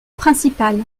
principale